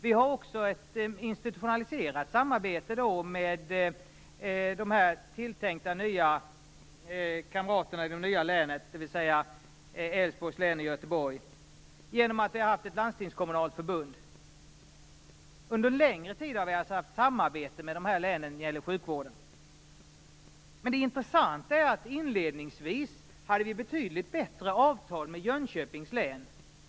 Vi har också ett institutionaliserat samarbete med de tilltänkta nya kamraterna i det nya länet, dvs. Älvsborgs län och Göteborg, genom att vi har haft ett landstingskommunalt förbund. Vi har alltså haft samarbete med dessa län när det gäller sjukvården under längre tid. Men det intressanta är att inledningsvis hade vi ett betydligt bättre avtal med Jönköpings län.